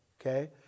okay